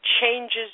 changes